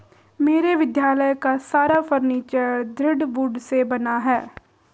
मेरे विद्यालय का सारा फर्नीचर दृढ़ वुड से बना है